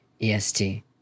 EST